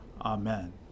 Amen